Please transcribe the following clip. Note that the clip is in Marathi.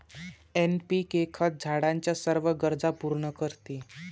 एन.पी.के खत झाडाच्या सर्व गरजा पूर्ण करते